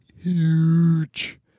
Huge